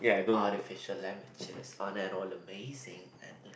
artificial aren't that all amazing